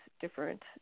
different